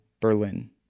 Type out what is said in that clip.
Berlin